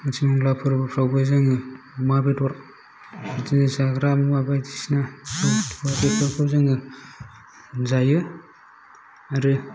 आथिमंग्ला फोरबोफ्रावबो जोङो अमा बेदर बिदिनो जाग्रा मुवा बायदिसिना फोरखौ जोङो मोनजायो आरो